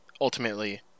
ultimately